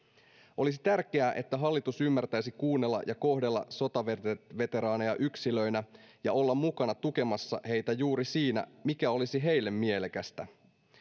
olisi tärkeää että hallitus ymmärtäisi kuunnella ja kohdella sotaveteraaneja yksilöinä ja olla mukana tukemassa heitä juuri siinä mikä olisi heille mielekästä